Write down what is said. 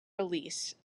release